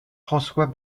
françois